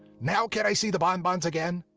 now can i see the bon bons again?